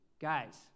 guys